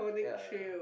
ya ya